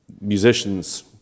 musicians